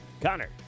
Connor